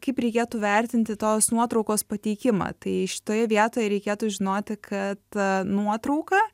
kaip reikėtų vertinti tos nuotraukos pateikimą tai šitoje vietoj reikėtų žinoti kad nuotrauka